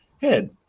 head